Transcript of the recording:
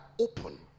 open